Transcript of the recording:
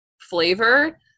flavor